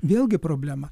vėlgi problema